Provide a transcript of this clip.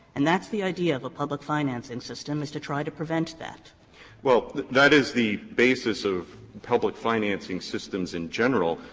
and that's the idea of a public financing system is to try to prevent that? maurer well, that is the basis of public financing systems in general,